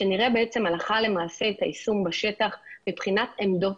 שנראה בעצם הלכה למעשה את היישום בשטח מבחינת עמדות